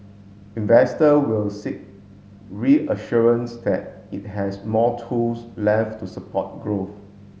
investor will seek reassurance that it has more tools left to support growth